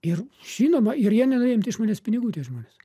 ir žinoma ir jie nenorėjo imt iš manęs pinigų tie žmonės